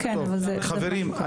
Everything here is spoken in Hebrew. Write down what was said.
40%. חברים,